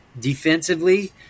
defensively